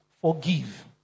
Forgive